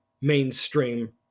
mainstream